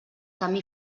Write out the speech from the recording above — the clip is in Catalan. camí